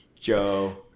Joe